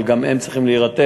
אבל גם הם צריכים להירתם.